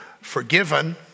forgiven